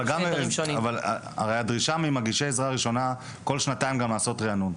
אבל הדרישה ממגישי עזרה ראשונה היא לעבור כול שנתיים ריענון.